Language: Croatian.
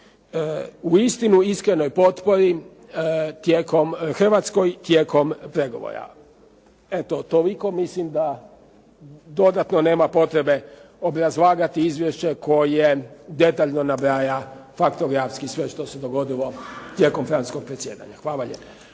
i uistinu iskrenoj potpori Hrvatskoj tijekom pregovora. Eto toliko. Mislim da dodatno nema potrebe obrazlagati izvješće koje detaljno nabraja faktografski sve što se dogodilo tijekom francuskog predsjedanja. Hvala lijepo.